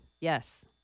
Yes